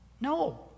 No